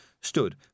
stood